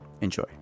Enjoy